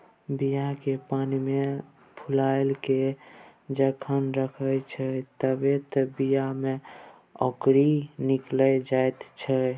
बीया केँ पानिमे फुलाए केँ जखन राखै छै तए बीया मे औंकरी निकलि जाइत छै